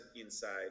inside